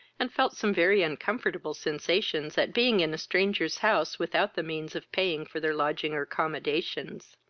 and felt some very uncomfortable sensations at being in a stranger's house without the means of paying for their lodging or accommodations.